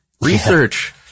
Research